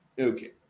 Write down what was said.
Okay